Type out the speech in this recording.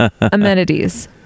amenities